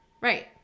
Right